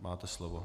Máte slovo.